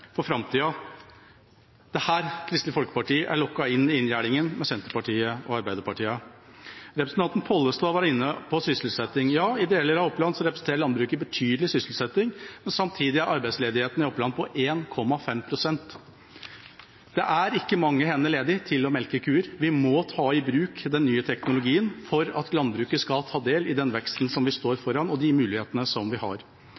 for framtida? Det er her Kristelig Folkeparti er lokket inn i inngjerdingen med Senterpartiet og Arbeiderpartiet. Representanten Pollestad var inne på sysselsetting. Ja, i deler av Oppland representerer landbruket betydelig sysselsetting, men samtidig er arbeidsledigheten i Oppland på 1,5 pst. Det er ikke mange hender ledig til å melke kyr. Vi må ta i bruk den nye teknologien for at landbruket skal ta del i den veksten vi står foran, og de mulighetene vi har.